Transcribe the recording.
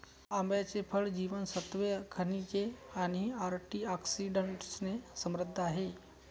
आंब्याचे फळ जीवनसत्त्वे, खनिजे आणि अँटिऑक्सिडंट्सने समृद्ध आहे